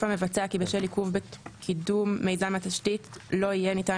המבצע כי בשל עיכוב בקידום מיזם התשתית לא יהיה ניתן